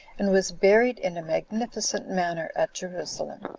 and was buried in a magnificent manner at jerusalem.